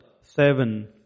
seven